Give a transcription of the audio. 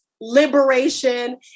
Liberation